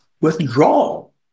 withdrawal